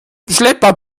schlepper